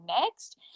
next